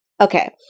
okay